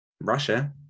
Russia